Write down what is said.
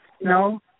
No